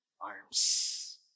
arms